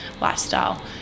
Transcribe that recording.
lifestyle